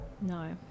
No